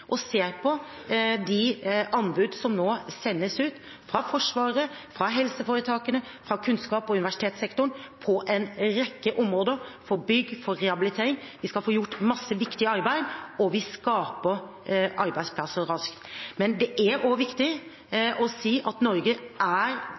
og ser på de anbudene som nå sendes ut, fra Forsvaret, fra helseforetakene, fra kunnskaps- og universitetssektoren, på en rekke områder – for bygg, for rehabilitering. Vi skal få gjort masse viktig arbeid, og vi skaper arbeidsplasser raskt. Men det er også viktig